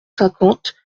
cinquante